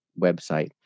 website